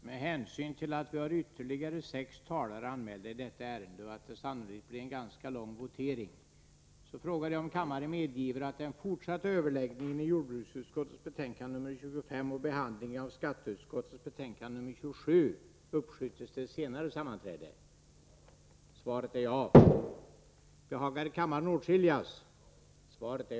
Med hänsyn till att ytterligare sex talare är anmälda i detta ärende och det sannolikt blir en ganska lång votering föreslår jag att den fortsatta överläggningen om jordbruksutskottets betänkande 25 och behandlingen av skatteutskottets betänkande 27 uppskjuts till morgondagens sammanträde.